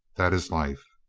that is life.